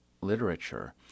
literature